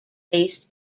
based